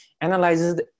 analyzes